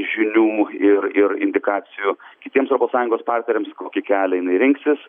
žinių ir ir indikacijų kitiems europos sąjungos partneriams kokį kelią jinai rinksis